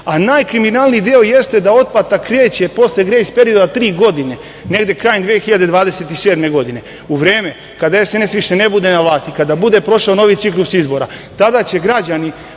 a najkriminalniji deo jeste da otplata kreće posle grejs perioda od tri godine, negde krajem 2027. godine, u vreme kada SNS više ne bude na vlasti, kada bude prošao novi ciklus izbora. Tada će građani